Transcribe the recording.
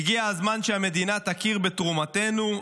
הגיע הזמן שהמדינה תכיר בתרומתנו,